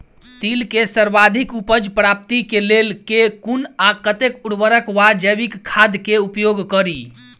तिल केँ सर्वाधिक उपज प्राप्ति केँ लेल केँ कुन आ कतेक उर्वरक वा जैविक खाद केँ उपयोग करि?